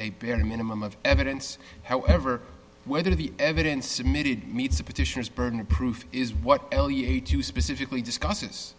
a bare minimum of evidence however whether the evidence submitted meets the petitioners burden of proof is what l you do specifically discusses